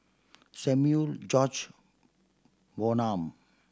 Samuel George Bonham